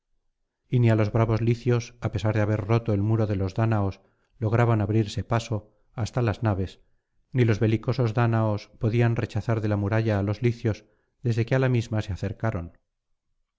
y ni los bravos licios á pesar de haber roto el muro de los dáñaos lograban abrirse paso hasta las naves ni los belicosos dáñaos podían rechazar de la muralla á los licios desde que á la misma se acercaron